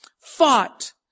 fought